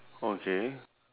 okay